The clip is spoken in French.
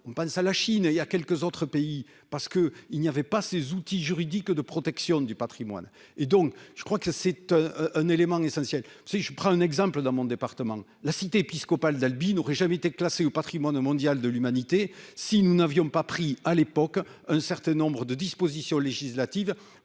on pense à la Chine et il y a quelques autres pays parce que il n'y avait pas ces outils juridiques de protection du Patrimoine et donc je crois que c'est un élément essentiel, si je prends un exemple dans mon département, la cité épiscopale d'Albi n'aurait jamais été classée au Patrimoine mondial de l'humanité, si nous n'avions pas pris à l'époque un certain nombre de dispositions législatives